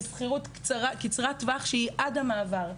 היא שכירות קצרת טווח עד המעבר.